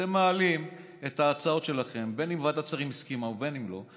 אתם מעלים את ההצעות שלכם בין אם ועדת השרים הסכימה ובין אם לא.